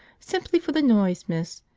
simply for the noise, miss,